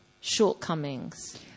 shortcomings